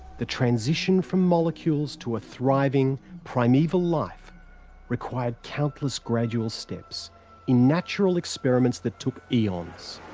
the transition from molecules to a thriving, primeval life required countless gradual steps in natural experiments that took eons.